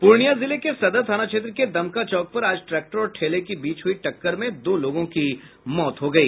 पूर्णिया जिले के सदर थाना क्षेत्र के दमका चौक पर आज ट्रैक्टर और ठेला के बीच हुयी टक्कर में दो लोगों की मौत हो गयी